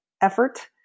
effort